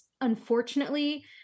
unfortunately